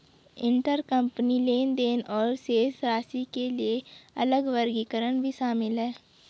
intercompany लेनदेन और शेष राशि के लिए अलग वर्गीकरण भी शामिल हैं